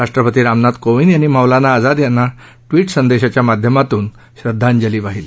राष्ट्रपती रामनाथ कोविंद यांनी मौलाना आझाद यांना ट्वीट संदेशाच्या माध्यमातून श्रद्वांजली वाहिली